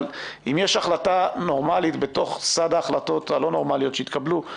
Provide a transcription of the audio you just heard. אבל אם יש החלטה נורמלית בתוך סד ההחלטות הלא נורמליות שהתקבלו,